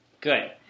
good